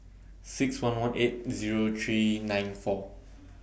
six one one eight Zero three nine four